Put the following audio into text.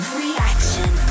reaction